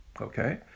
okay